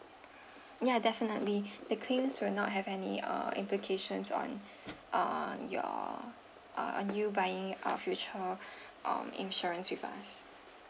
yeah definitely the claims will not have any uh implications on on your on you buying a future um insurance with us